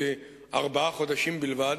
כארבעה חודשים בלבד,